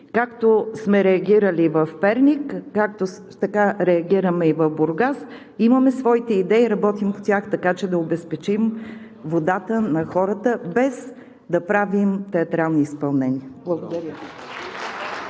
както сме реагирали в Перник, така реагираме и в Бургас. Имаме своите идеи, работим по тях, така че да обезпечим водата на хората, без да правим театрални изпълнения. Благодаря